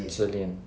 自恋